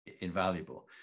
invaluable